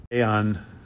On